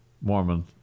Mormon